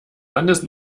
landet